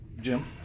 Jim